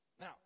Now